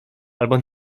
albo